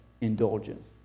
indulgence